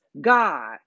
God